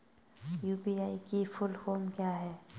UPI की full form क्या है?